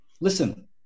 Listen